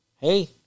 Hey